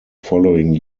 following